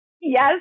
yes